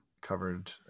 covered